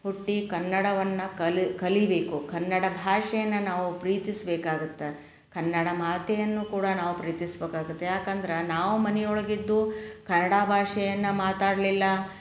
ಹುಟ್ಟಿ ಕನ್ನಡವನ್ನು ಕಲ್ ಕಲಿಯಬೇಕು ಕನ್ನಡ ಭಾಷೆಯನ್ನು ನಾವು ಪ್ರೀತಿಸ್ಬೇಕಾಗತ್ತೆ ಕನ್ನಡ ಮಾತೆಯನ್ನು ಕೂಡ ನಾವು ಪ್ರೀತಿಸ್ಬೇಕಾಗತ್ತೆ ಯಾಕಂದ್ರೆ ನಾವು ಮನಿಯೊಳಗೆ ಇದ್ದು ಕನ್ನಡ ಭಾಷೆಯನ್ನು ಮಾತಾಡಲಿಲ್ಲ